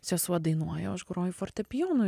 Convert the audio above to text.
sesuo dainuoja o aš groju fortepijonu